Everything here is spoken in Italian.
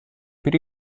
per